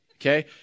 okay